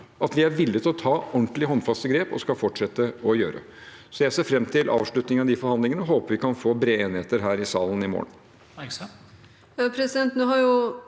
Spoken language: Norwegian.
at vi er villige til å ta ordentlige, håndfaste grep, og vi skal fortsette å gjøre det. Så jeg ser fram til avslutningen av de forhandlingene og håper vi kan få brede enigheter her i salen i morgen.